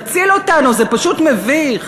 תציל אותנו, זה פשוט מביך.